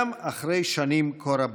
גם אחרי שנים כה רבות.